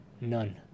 None